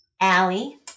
Allie